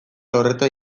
horretan